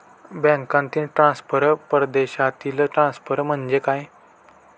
बँकांतील ट्रान्सफर, परदेशातील ट्रान्सफर म्हणजे काय?